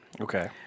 okay